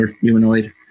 humanoid